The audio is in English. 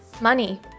money